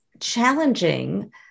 challenging